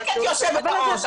צודקת היושבת ראש.